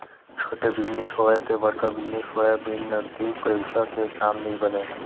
छोटे बिजनेस होवय ते बड़का बिजनेस होवय बिन नगदी पइसा के काम नइ बनय